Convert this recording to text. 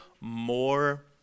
more